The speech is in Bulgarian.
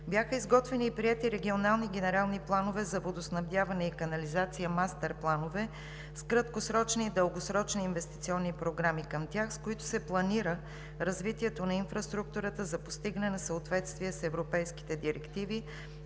Бяха изготвени и приети регионални генерални планове за водоснабдяване и канализация, мастер планове с краткосрочни и дългосрочни инвестиционни програми към тях, с които се планира развитието на инфраструктурата за привеждане в съответствие с европейските директиви